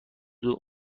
جون